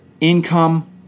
income